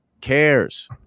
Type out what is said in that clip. cares